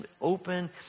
open